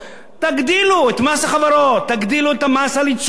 תגדילו את מס החברות, תגדילו את המס על יצואנים.